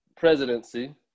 presidency